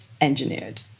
engineered